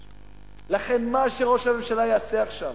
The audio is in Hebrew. לכן, מה שראש הממשלה יעשה עכשיו,